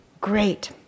great